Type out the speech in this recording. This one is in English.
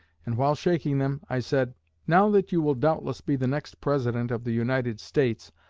and while shaking them, i said now that you will doubtless be the next president of the united states,